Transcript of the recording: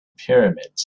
pyramids